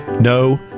No